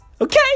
Okay